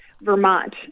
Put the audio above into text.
Vermont